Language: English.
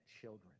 children